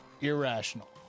Irrational